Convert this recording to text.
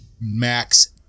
max